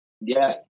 Yes